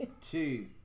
two